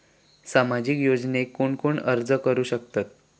सामाजिक योजनेक कोण कोण अर्ज करू शकतत?